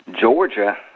Georgia